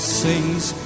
sings